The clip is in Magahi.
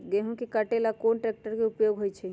गेंहू के कटे ला कोंन ट्रेक्टर के उपयोग होइ छई?